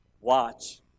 watch